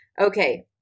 Okay